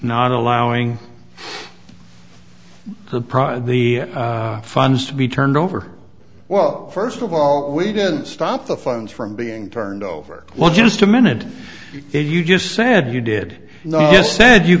not allowing to pry the funds to be turned over well first of all we didn't stop the funds from being turned over well just a minute if you just said you did said you